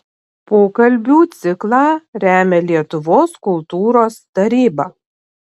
pokalbių ciklą remia lietuvos kultūros taryba